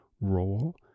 role